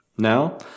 Now